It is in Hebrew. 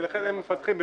ולכן הם מפתחים במקומם.